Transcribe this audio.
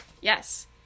Yes